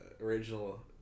original